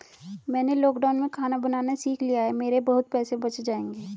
मैंने लॉकडाउन में खाना बनाना सीख लिया है, मेरे बहुत पैसे बच जाएंगे